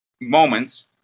moments